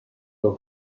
del